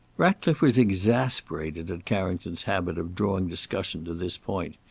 ratcliffe was exasperated at carrington's habit of drawing discussion to this point.